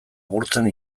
gurtzen